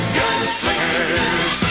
gunslingers